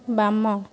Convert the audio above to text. ବାମ